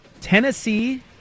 Tennessee